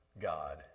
God